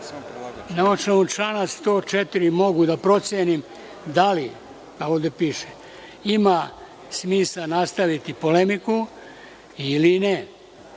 osnovu člana 104, mogu da procenim da li, ovde piše, ima smisla nastaviti polemiku ili ne.